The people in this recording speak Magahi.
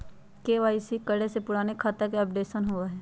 के.वाई.सी करें से पुराने खाता के अपडेशन होवेई?